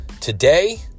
today